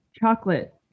chocolate